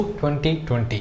2020